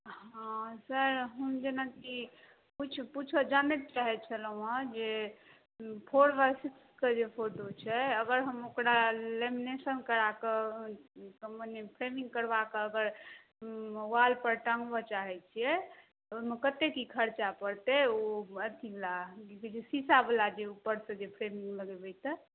हँ सर हम जेनाकि किछु किछु जानैके चाहैत छलहुँ हँ जे फोर बाइ सिक्स कऽ जे फोटो छै अगर हम ओकरा लेमिनेशन करा कऽ त मने फ्रेमिङ्ग करबा कऽ अगर वाल पर टँङ्गबऽ चाहैत छियै ओहिमे कत्तेक की खर्चा पड़तै ओ अथीबला जे शीशा बला जे ऊपरसँ जे फ्रेमिङ्ग लगेबै तऽ